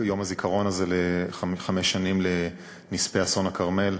הזיכרון הזה, חמש שנים לאסון הכרמל.